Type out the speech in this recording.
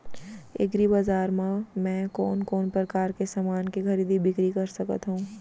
एग्रीबजार मा मैं कोन कोन परकार के समान के खरीदी बिक्री कर सकत हव?